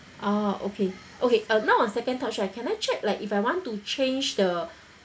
ah okay okay uh now on second touch right uh can I check like if I want to change the